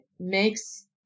makes